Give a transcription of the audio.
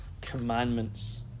commandments